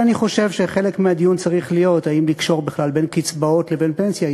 אני חושב שחלק מהדיון צריך להיות אם לקשור בכלל בין קצבאות לבין פנסיה.